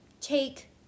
take